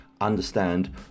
understand